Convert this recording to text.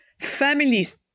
Families